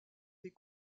des